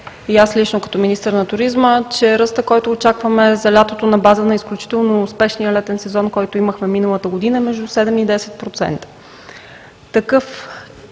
и аз лично като министър на туризма, че ръстът, който очакваме за лятото на база на изключително успешния летен сезон, който имахме миналата година, е между 7 и 10%. Такъв